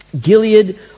Gilead